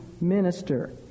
minister